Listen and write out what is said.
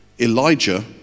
Elijah